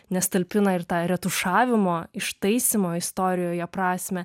nes talpina ir tą retušavimo ištaisymo istorijoje prasmę